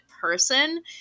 person